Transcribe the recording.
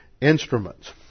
instruments